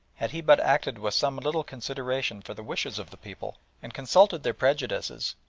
had he but acted with some little consideration for the wishes of the people, and consulted their prejudices,